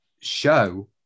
show